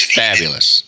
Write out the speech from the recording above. fabulous